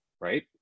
right